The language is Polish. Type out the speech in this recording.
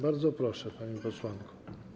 Bardzo proszę, pani posłanko.